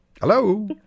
Hello